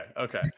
Okay